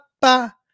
ba